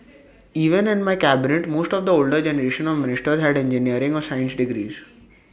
even in my cabinet most of the older generation of ministers had engineering or science degrees